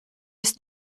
ist